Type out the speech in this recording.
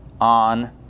on